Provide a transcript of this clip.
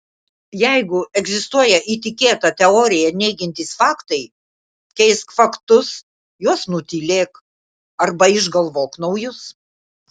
jeigu egzistuoja įtikėtą teoriją neigiantys faktai keisk faktus juos nutylėk arba išgalvok naujus